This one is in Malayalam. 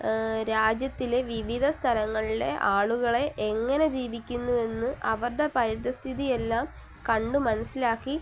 രാജ്യത്തിലെ വിവിധ സ്ഥലങ്ങളിലെ ആളുകളെ എങ്ങനെ ജീവിക്കുന്നു എന്ന് അവരുടെ പരിതസ്ഥിതിയെല്ലാം കണ്ടു മനസ്സിലാക്കി